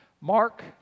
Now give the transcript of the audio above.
Mark